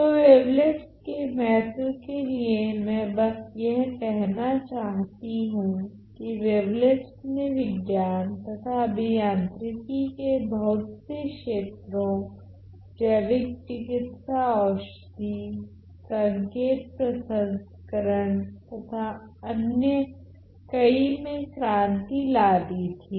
तो वेवलेट्स के महत्व के लिए मैं बस यह कहना चाहती हूँ कि वेवलेट्स ने विज्ञान तथा अभियांत्रिकी के बहुत से क्षेत्रों जैविक चिकित्सा औषधि संकेत प्रसंस्करण तथा अन्य कई में क्रांति ला दी थी